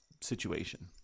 situation